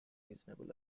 reasonable